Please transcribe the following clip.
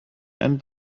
einen